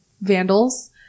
vandals